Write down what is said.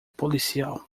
policial